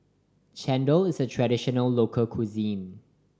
chendol is a traditional local cuisine